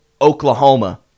Oklahoma